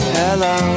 hello